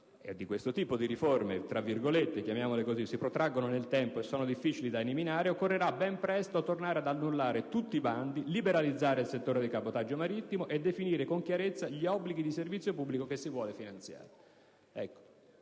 nel decreto. Siccome gli effetti di queste, chiamiamole così, riforme si protraggono nel tempo e sono difficili da eliminare, occorrerà ben presto tornare ad annullare tutti i bandi, liberalizzare il settore del cabotaggio marittimo e definire con chiarezza gli obblighi di servizio pubblico che si intende finanziare.